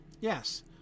yes